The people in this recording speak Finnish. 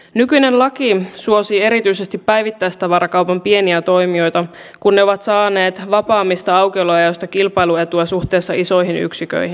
nykyinen laki suosii erityisesti päivittäistavarakaupan pieniä toimijoita kun ne ovat saaneet vapaammista aukioloajoista kilpailuetua suhteessa isoihin yksiköihin